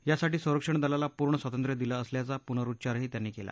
यासाठी संरक्षणदलाला पूर्ण स्वातंत्र्य दिल असल्याचा पुनरुच्चारही त्यांनी केला